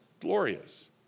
glorious